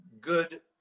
good